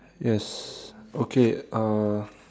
yes okay uh